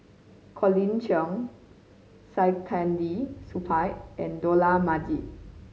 Colin Cheong Saktiandi Supaat and Dollah Majid